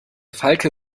falke